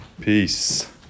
Peace